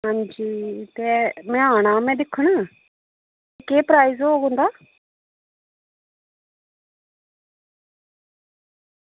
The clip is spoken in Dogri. आं जी ते में आना दिक्खन केह् प्राईस होग उंदा